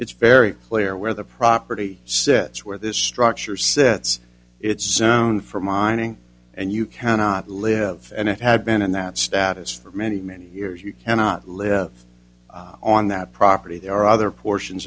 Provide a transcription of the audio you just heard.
it's very clear where the property sit where this structure since it's zone for mining and you cannot live and it had been in that status for many many years you cannot live on that property there are other portions